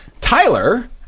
Tyler